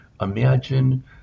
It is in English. imagine